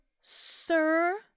sir